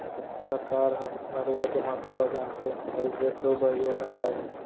सरकार ह नरूवा के महता ल जानथे अउ एखरो बर योजना लाए हे